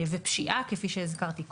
ופשיעה כפי שהזכרתי קודם.